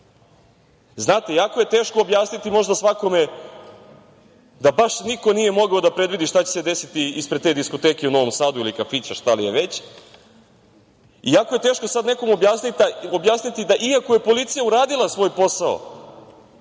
reč? Znate, jako je teško objasniti možda svakome da baš niko nije mogao da predvidi šta će se desiti ispred te diskoteke u Novom Sadu, ili kafića, šta li je već, i jako je teško sad nekom objasniti da iako je policija uradila svoj posao